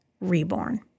reborn